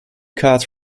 cards